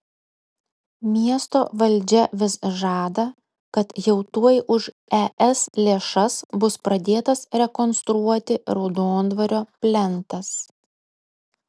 miesto valdžia vis žada kad jau tuoj už es lėšas bus pradėtas rekonstruoti raudondvario plentas